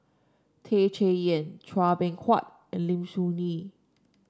Tan Chay Yan Chua Beng Huat and Lim Soo Ngee